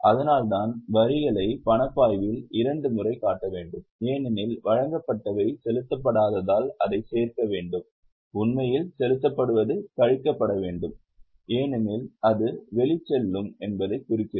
அதனால்தான் வரிகளை பணப்பாய்வில் இரண்டு முறை காட்ட வேண்டும் ஏனெனில் வழங்கப்பட்டவை செலுத்தப்படாததால் அதைச் சேர்க்க வேண்டும் உண்மையில் செலுத்தப்படுவது கழிக்கப்பட வேண்டும் ஏனெனில் அது வெளிச்செல்லும் என்பதைக் குறிக்கிறது